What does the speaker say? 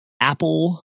apple